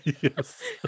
Yes